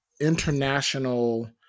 International